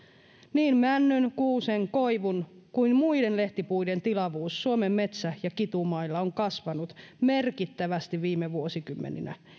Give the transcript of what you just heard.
niin männyn kuusen koivun kuin muiden lehtipuiden tilavuus suomen metsä ja kitumailla on kasvanut merkittävästi viime vuosikymmeninä